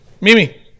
mimi